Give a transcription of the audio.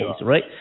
right